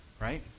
Right